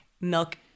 milk